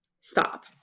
Stop